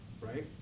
right